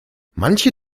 manche